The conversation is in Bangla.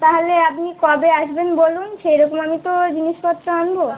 তাহলে আপনি কবে আসবেন বলুন সেই রকম আমি তো জিনিসপত্র আনবো